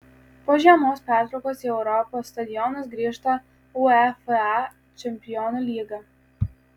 po žiemos pertraukos į europos stadionus grįžta uefa čempionų lyga